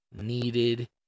needed